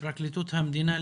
לפרקליטות המדינה,